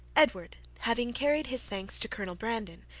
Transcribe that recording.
edward, having carried his thanks to colonel brandon,